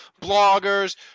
bloggers